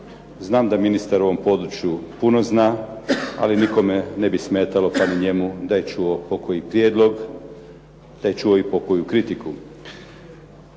Znam da ministar o ovom području puno zna, ali nikome ne bi smetalo pa ni njemu da je čuo pokoji prijedlog, da je čuo i pokoju kritiku.